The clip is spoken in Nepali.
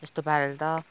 त्यस्तो पाराले त